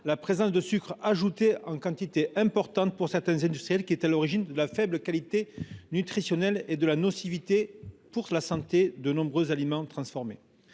la présence de sucres ajoutés en quantité importante par certains industriels qui est à l’origine de la faible qualité nutritionnelle et de la nocivité de nombreux aliments transformés.